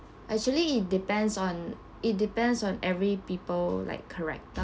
actually it depends on it depends on every people like character